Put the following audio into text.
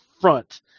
front